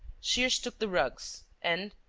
shears took the rugs, and,